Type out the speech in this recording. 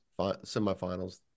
semifinals